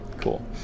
Cool